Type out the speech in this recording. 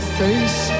face